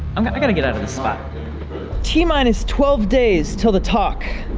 i'm gonna gonna get out of this spot t-minus twelve days till the talk.